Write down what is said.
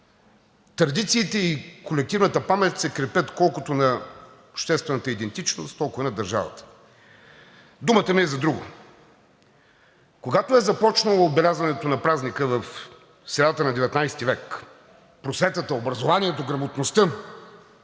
Традициите и колективната памет се крепят колкото на обществената идентичност, толкова и на държавата. Думата ми е за друго. Когато е започнало отбелязването на празника в средата на XIX век, просветата, образованието, грамотността